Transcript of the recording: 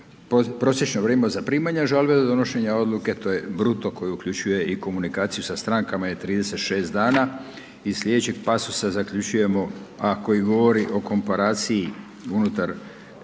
Prosječno vrijeme od zaprimanja žalbe do donošenja odluke to je bruto koje uključuje i komunikaciju sa strankama je 36 dana. Iz slijedećeg pasosa zaključujemo, a koji govori o komparaciji unutar